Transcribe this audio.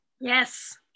Yes